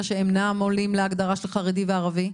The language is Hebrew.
שאינם עונים להגדרה של חרדי וערבי?